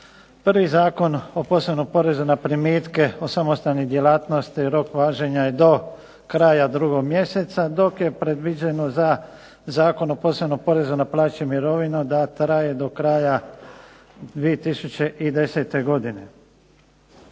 Prvi Zakon o posebnom porezu na primitke od samostalnih djelatnosti rok važenja do kraja 2. mjeseca, dok je predviđeno za Zakon o posebnom porezu na plaću i mirovinu da traje do kraja 2010. godine.